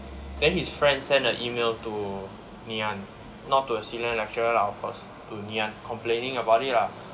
then his friend sent a E mail to Ngee-Ann not to the senior lecturer lah of course to Ngee-Ann complaining about it lah